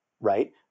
Right